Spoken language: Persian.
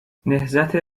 نهضت